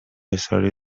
اصراری